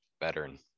veteran